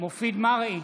מופיד מרעי,